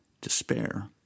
despair